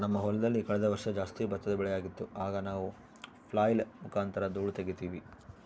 ನಮ್ಮ ಹೊಲದಲ್ಲಿ ಕಳೆದ ವರ್ಷ ಜಾಸ್ತಿ ಭತ್ತದ ಬೆಳೆಯಾಗಿತ್ತು, ಆಗ ನಾವು ಫ್ಲ್ಯಾಯ್ಲ್ ಮುಖಾಂತರ ಧೂಳು ತಗೀತಿವಿ